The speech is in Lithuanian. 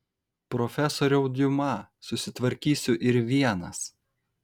profesoriau diuma susitvarkysiu ir vienas